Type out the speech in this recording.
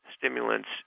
Stimulants